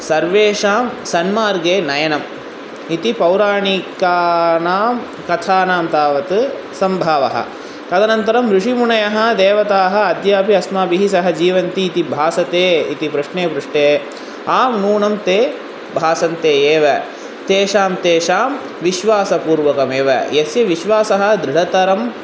सर्वेषां सन्मार्गे नयनम् इति पौराणिकानां कथानां तावत् सम्भावः तदनन्तरं ऋषिमुनयः देवताः अद्यापि अस्माभिः सहजीवन्ति इति भासते इति प्रश्ने पृष्टे आनूनं ते भासन्ते एव तेषां तेषां विश्वासपूर्वकमेव यस्य विश्वासः दृढतरम्